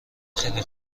خیلی